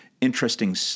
interesting